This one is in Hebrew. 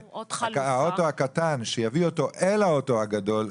את האוטו הקטן שיביא אותו אל האוטו הגדול,